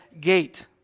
gate